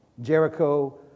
Jericho